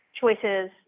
choices